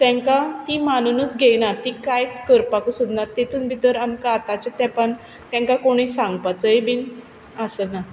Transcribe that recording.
तेंकां तीं मानुनूच घेयनात तेंकां तें करपाकूच सोदनात तितूंत भितर आतांच्या तेंपार तेंकां कोणूय सांगपाचोय बीन आसना